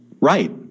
Right